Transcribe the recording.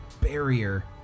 barrier